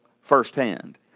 firsthand